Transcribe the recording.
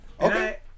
Okay